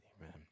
Amen